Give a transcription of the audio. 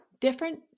different